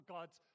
God's